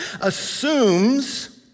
assumes